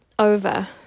over